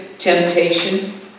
temptation